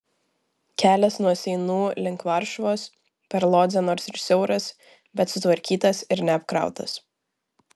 kelias nuo seinų link varšuvos per lodzę nors ir siauras bet sutvarkytas ir neapkrautas